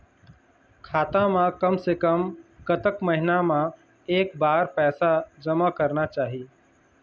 खाता मा कम से कम कतक महीना मा एक बार पैसा जमा करना चाही?